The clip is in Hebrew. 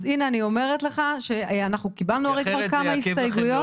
אז הנה, אני אומרת לך שקיבלנו כבר כמה הסתייגויות.